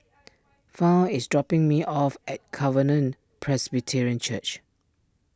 Fount is dropping me off at Covenant Presbyterian Church